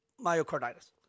myocarditis